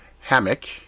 Hammock